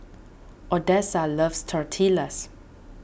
Odessa loves Tortillas